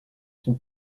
sont